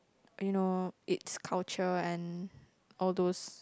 you know it's culture and all those